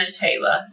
Taylor